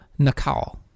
Nakao